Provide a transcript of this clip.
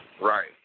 right